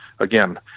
again